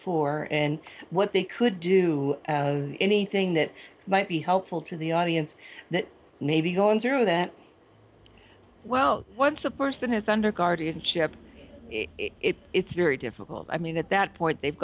for and what they could do anything that might be helpful to the audience that may be going through that well once a person is under guardianship it's very difficult i mean at that point they've